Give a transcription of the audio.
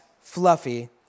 Fluffy